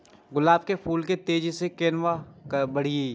गुलाब के फूल के तेजी से केना बड़ा करिए?